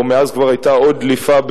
או מאז כבר היתה עוד דליפה,